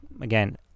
again